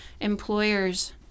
employers